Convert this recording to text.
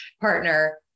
partner